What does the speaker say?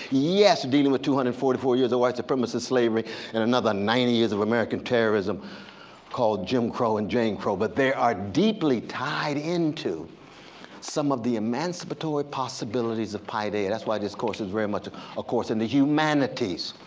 yes, dealing with two hundred and forty four years of white supremacist slavery and another ninety years of american terrorism called jim crow and jane crow. but they are deeply tied into some of the emancipatory possibilities of paideia. that's why this course is very much a course in the humanities.